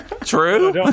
True